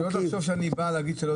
אל תחשוב שאני בא להגיד שלא